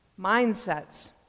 mindsets